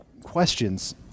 questions